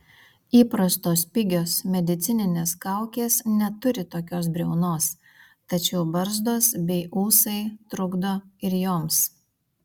įprastos pigios medicininės kaukės neturi tokios briaunos tačiau barzdos bei ūsai trukdo ir joms